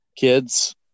kids